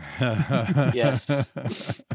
Yes